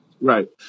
Right